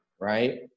right